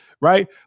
Right